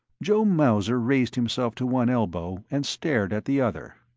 joe mauser raised himself to one elbow and stared at the other.